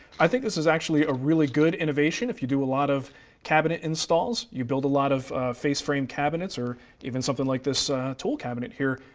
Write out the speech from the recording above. i think this is actually a really good innovation if you do a lot of cabinet installs, you build a lot of face frame cabinets or even something like this tool cabinet here.